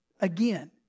Again